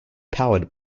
powered